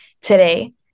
today